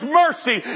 mercy